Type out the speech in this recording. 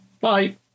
bye